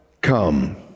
come